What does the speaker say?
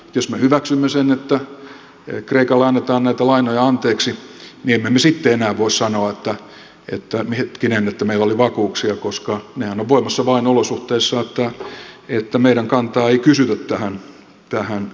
jos me hyväksymme sen että kreikalle annetaan näitä lainoja anteeksi niin emme me sitten enää voi sanoa että hetkinen meillä oli vakuuksia koska nehän ovat voimassa vain niissä olosuhteissa että meidän kantaamme ei kysytä tähän maksukyvyttömyyteen